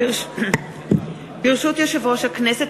ברשות יושב-ראש הכנסת,